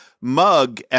mug